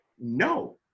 no